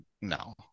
no